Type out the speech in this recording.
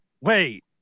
wait